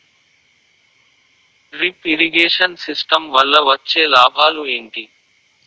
Drip irrigation system వల్ల వచ్చే లాభాలు ఏంటి?